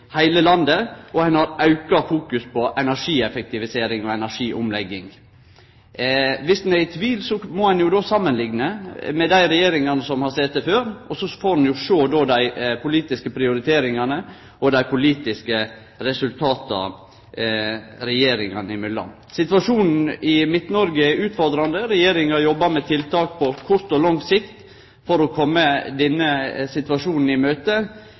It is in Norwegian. heile landet, og ein har auka fokus på energieffektivisering og energiomlegging. Om ein er i tvil, må ein samanlikne med dei regjeringane vi har hatt før, og så får ein samanlikne dei politiske prioriteringane og dei politiske resultata regjeringane imellom. Situasjonen i Midt-Noreg er utfordrande. Regjeringa jobbar med tiltak på kort og lang sikt for å bøte på denne situasjonen, og statsråden har gjort greie for tiltaka. Eg har ei forventing om at i